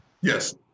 Yes